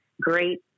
great